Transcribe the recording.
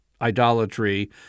idolatry